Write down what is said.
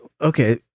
okay